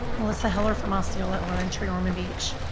melissa heller from osceola elementary ormond beach.